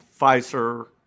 Pfizer